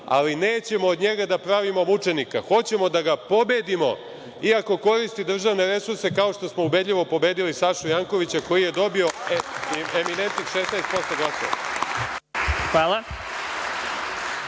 ali nećemo od njega da pravimo mučenika. Hoćemo da ga pobedimo, iako koristi državne resurse, kao što smo ubedljivo pobedili Sašu Jankovića koji je dobio eminentnih 16% glasova.